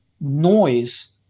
noise